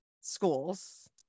schools